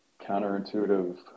counterintuitive